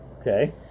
Okay